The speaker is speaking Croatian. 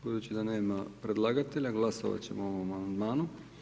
Budući da nema predlagatelja glasovati ćemo o ovom amandmanu.